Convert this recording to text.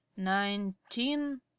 Nineteen